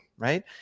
right